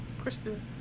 Kristen